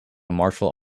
martial